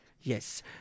Yes